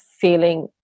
feeling